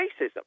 racism